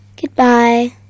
Goodbye